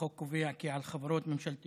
החוק קובע כי על חברות ממשלתיות,